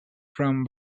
from